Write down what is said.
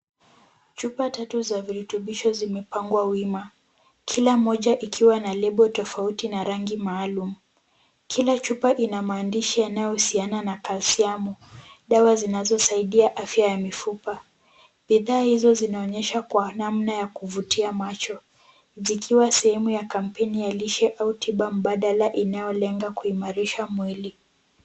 Chupa tatu za virutubisho zimepangwa wima kila moja ikiwa na lebo tofauti na rangi maalum. Kila chupa ina maandishi yanayohusiana na kalsiamu dawa zinazosaidia afya ya mifupa. Bidhaa hizo zinaonyesha kwa namna ya kuvutia macho zikiwa sehemu ya kampeni ya lishe au tiba mbadala inayolenga kuimarisha mwili.